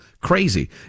crazy